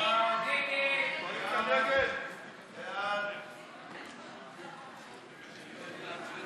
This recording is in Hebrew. ההסתייגות של חברי הכנסת לאה פדידה ועמיר פרץ אחרי סעיף